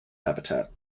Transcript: habitat